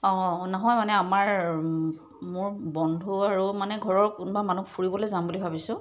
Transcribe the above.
অঁ নহয় মানে আমাৰ মোৰ বন্ধু আৰু মানে ঘৰৰ কোনোবা মানুহ ফুৰিবলৈ যাম বুলি ভাবিছোঁ